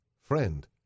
Friend